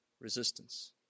resistance